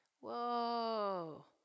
Whoa